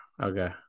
okay